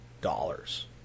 dollars